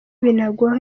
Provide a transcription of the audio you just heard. binagwaho